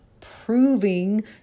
proving